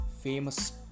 famous